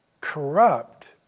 corrupt